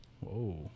Whoa